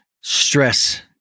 stress